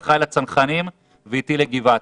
"אחריי לצנחנים" ו"איתי לגבעתי".